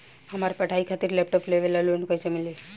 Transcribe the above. हमार पढ़ाई खातिर लैपटाप लेवे ला लोन कैसे मिली?